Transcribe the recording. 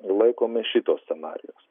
laikomės šito scenarijaus